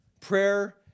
Prayer